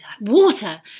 Water